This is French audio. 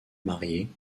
mariée